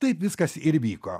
taip viskas ir vyko